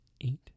eight